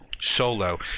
Solo